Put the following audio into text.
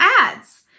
ads